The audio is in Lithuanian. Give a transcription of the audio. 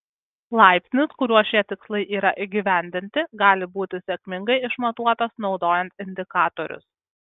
laipsnis kuriuo šie tikslai yra įgyvendinti gali būti sėkmingai išmatuotas naudojant indikatorius